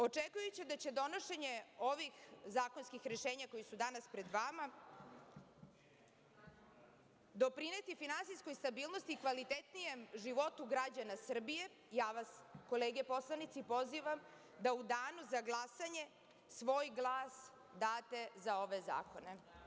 Očekujući da će donošenje ovih zakonskih rešenja koja su danas pred vama doprineti finansijskoj stabilnosti i kvalitetnijem životu građana Srbije, ja vas, kolege poslanici, pozivam da u danu za glasanje svoj glas date za ove zakone.